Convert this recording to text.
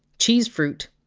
cheesefruit!